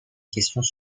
questions